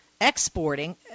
exporting